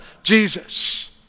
Jesus